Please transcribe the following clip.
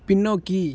பின்னோக்கி